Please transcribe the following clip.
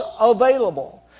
available